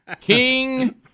King